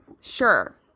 Sure